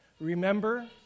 Remember